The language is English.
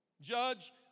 Judge